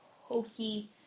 hokey